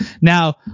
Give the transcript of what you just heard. now